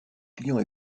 clients